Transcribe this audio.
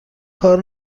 کار